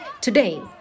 Today